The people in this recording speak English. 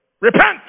Repent